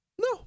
No